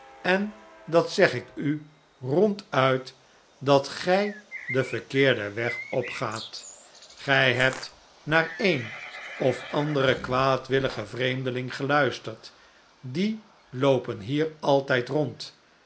en dat zeg ik u ronduit dat gij den verkeerden weg opgaat gij hebt naar een of anderen kwaadwilligen vreemdeling geluisterd die loopen hier altijd rond